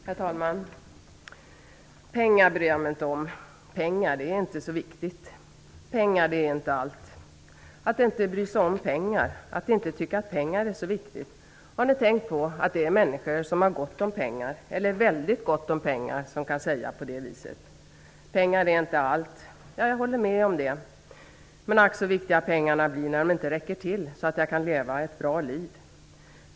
Herr talman! Pengar bryr jag mig inte om. Pengar är inte så viktigt. Pengar är inte allt. Varför inte bry sig om pengar? Varför inte tycka att pengar är så viktigt? Har ni tänkt på att det är människor som har gott om pengar eller väldigt gott om pengar som kan säga så? Pengar är inte allt, sägs det. Jag håller med om det. Men ack så viktiga pengarna blir när de inte räcker till så att man kan leva ett bra liv.